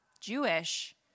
Jewish